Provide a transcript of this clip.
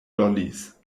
lollis